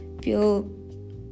feel